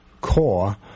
core